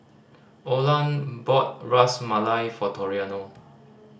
Olan bought Ras Malai for Toriano